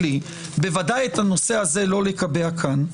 בוודאי את הנושא הזה לא לקבע כאן,